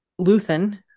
Luthan